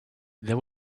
there